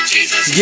Jesus